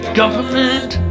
government